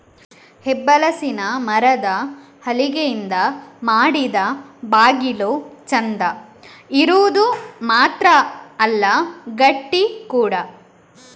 ಹೆಬ್ಬಲಸಿನ ಮರದ ಹಲಗೆಯಿಂದ ಮಾಡಿದ ಬಾಗಿಲು ಚಂದ ಇರುದು ಮಾತ್ರ ಅಲ್ಲ ಗಟ್ಟಿ ಕೂಡಾ